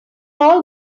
all